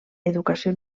educació